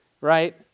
right